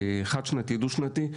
אחד שנתי ודו שנתי.